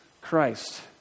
Christ